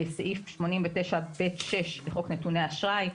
סעיף 89(ב)(6) לחוק נתוני אשראי.